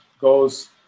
goes